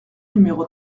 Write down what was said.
numéro